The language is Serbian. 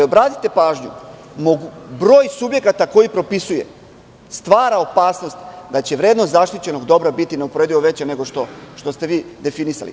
Obratite pažnju, broj subjekata koji propisuje stvara opasnost da će vrednost zaštićenog dobra biti neuporedivo veća nego što ste vi definisali.